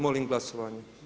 Molim glasovanje.